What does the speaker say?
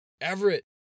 Everett